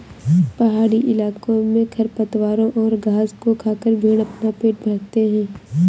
पहाड़ी इलाकों में खरपतवारों और घास को खाकर भेंड़ अपना पेट भरते हैं